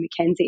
McKenzie